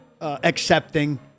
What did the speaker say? accepting